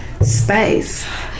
space